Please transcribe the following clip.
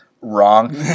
Wrong